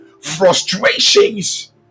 frustrations